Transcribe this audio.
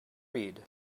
read